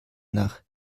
nach